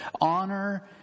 Honor